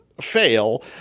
fail